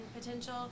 potential